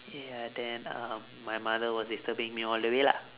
ya then um my mother was disturbing me all the way lah